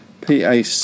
pac